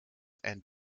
and